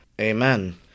Amen